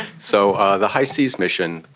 so the hi-seas mission,